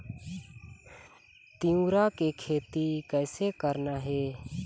तिऊरा के खेती कइसे करना हे?